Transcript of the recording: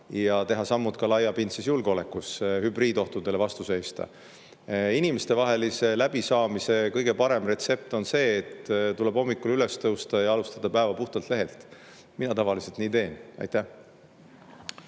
ja teha sammud ka laiapindses julgeolekus, et hübriidohtudele vastu seista. Inimestevahelise läbisaamise kõige parem retsept on see, et tuleb hommikul üles tõusta ja alustada päeva puhtalt lehelt. Mina tavaliselt nii teen. Suur